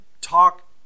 talk